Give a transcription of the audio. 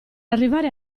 arrivare